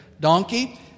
donkey